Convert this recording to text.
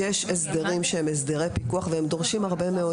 שיש הסדרים שהם הסדרי פיקוח והם דורשים הרבה מאוד